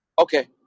Okay